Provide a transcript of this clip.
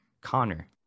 Connor